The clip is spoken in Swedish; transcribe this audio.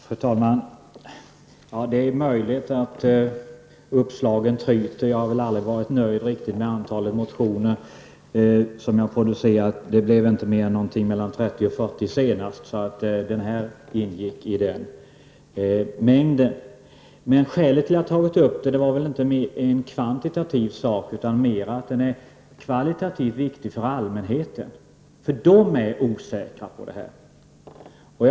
Fru talman! Det är möjligt att uppslagen tryter. Jag har väl aldrig varit riktigt nöjd med antalet motioner som jag har producerat. Det blev inte mer än mellan 30 och 40 senast, och den nu aktuella ingår i den mängden. Skälet till att jag har tagit upp frågan är inte att det rör sig om en kvantitativ sak utan att det är en mer kvalitativt viktig fråga för allmänheten. Allmänheten är osäker på denna punkt.